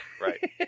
Right